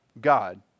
God